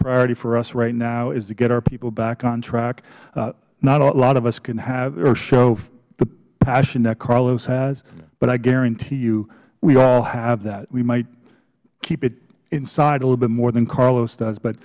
priority for us right now is to get our people back on track not a lot of us can have or show the passion that carlos has but i guarantee you we all have that we might keep it inside a little bit more than carlos does but